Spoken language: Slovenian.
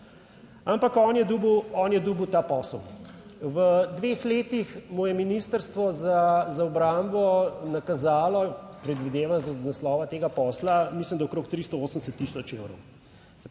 ampak on je dobil ta posel. V dveh letih mu je Ministrstvo za obrambo nakazalo predvidevam iz naslova tega posla mislim da okrog 380 tisoč evrov.